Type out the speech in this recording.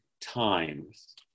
times